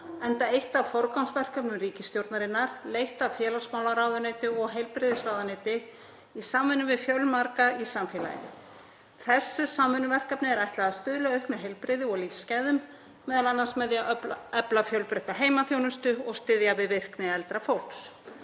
enda eitt af forgangsverkefnum ríkisstjórnarinnar, leitt af félagsmálaráðuneyti og heilbrigðisráðuneyti í samvinnu við fjölmarga í samfélaginu. Þessu samvinnuverkefni er ætlað að stuðla að auknu heilbrigði og lífsgæðum, m.a. með því að efla fjölbreytta heimaþjónustu og styðja við virkni eldra fólks.